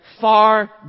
far